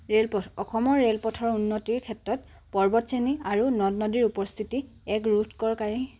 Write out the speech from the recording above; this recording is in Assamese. ৰে'লপথ অসমৰ ৰে'লপথৰ উন্নতিৰ ক্ষেত্ৰত পৰ্বতশ্ৰেণী আৰু নদ নদীৰ উপস্থিতি এক উৎকৰ্ষকাৰী